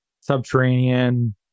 subterranean